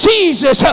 Jesus